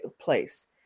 place